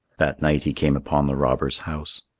that night he came upon the robbers' house.